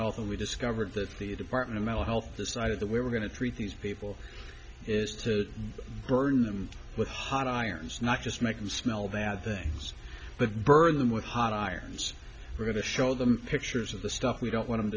health and we discovered that the department of mental health decided that we were going to treat these people is to burden them with hot irons not just make them smell bad things but burn them with hot irons we're going to show them pictures of the stuff we don't want